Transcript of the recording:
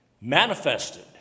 manifested